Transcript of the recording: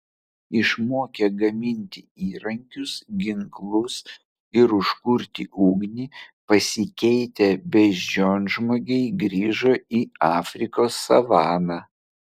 išmokę gaminti įrankius ginklus ir užkurti ugnį pasikeitę beždžionžmogiai grįžo į afrikos savaną